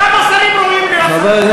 כמה שרים ראויים יש פה?